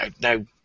no